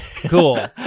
Cool